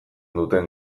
duten